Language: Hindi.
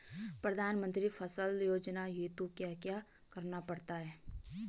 प्रधानमंत्री फसल योजना हेतु क्या क्या करना पड़ता है?